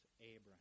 Abraham